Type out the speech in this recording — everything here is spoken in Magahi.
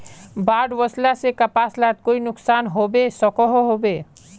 बाढ़ वस्ले से कपास लात कोई नुकसान होबे सकोहो होबे?